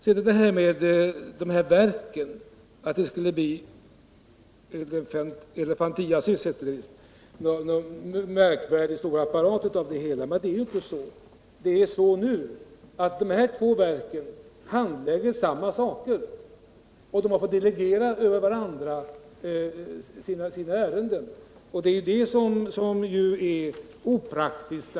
Statsrådet sade att en sammanslagning av de här verken skulle innebära att det blev en stor apparat av det hela eller en elefantiasis, som hon kallade det. Men så är det ju inte. De båda verken handlägger samma saker, och de måste delegera sina ärenden över till varandra. Det är detta som är opraktiskt.